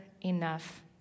enough